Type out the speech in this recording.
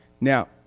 Now